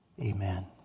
Amen